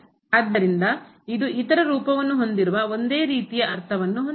ಆದ್ದರಿಂದ ಇದು ಇತರ ರೂಪವನ್ನು ಹೊಂದಿರುವ ಒಂದೇ ರೀತಿಯ ಅರ್ಥವನ್ನು ಹೊಂದಿರುತ್ತದೆ